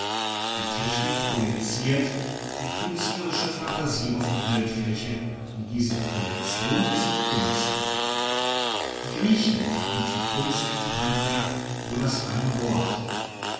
die technik projiziert die künstlerische phantasie auf die bildfläche und diese projektion ist die kunst die griechen hatten für kunst und handwerk nur das eine wort